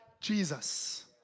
Jesus